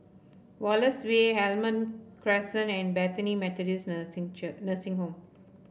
Wallace Way Almond Crescent and Bethany Methodist Nursing Church Nursing Home